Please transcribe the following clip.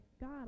God